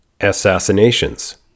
assassinations